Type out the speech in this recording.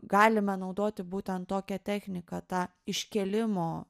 galime naudoti būtent tokią techniką tą iškėlimo